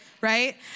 Right